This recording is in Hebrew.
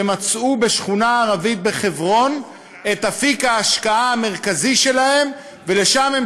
שמצאו בשכונה ערבית בחברון את אפיק ההשקעה המרכזי שלהם ולשם הם